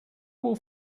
will